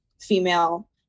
female